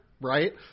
right